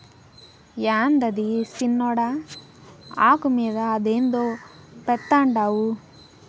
యాందది సిన్నోడా, ఆకు మీద అదేందో పెడ్తండావు